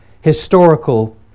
historical